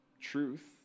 truth